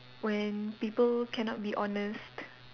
when people cannot be honest